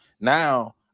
now